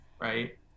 right